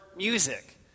Music